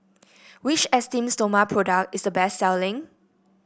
which Esteem Stoma product is the best selling